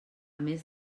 més